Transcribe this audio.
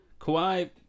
Kawhi